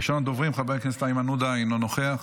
ראשון הדוברים, חבר הכנסת איימן עודה, אינו נוכח,